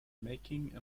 making